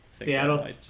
Seattle